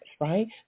right